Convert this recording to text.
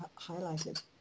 highlighted